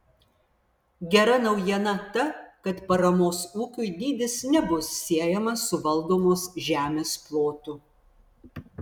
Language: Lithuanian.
gera naujiena ta kad paramos ūkiui dydis nebus siejamas su valdomos žemės plotu